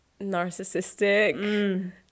Narcissistic